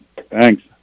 thanks